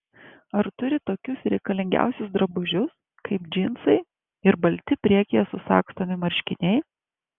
ar turi tokius reikalingiausius drabužius kaip džinsai ir balti priekyje susagstomi marškiniai